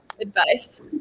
advice